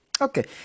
Okay